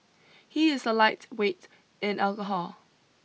he is a lightweight in alcohol